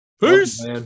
peace